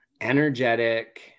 energetic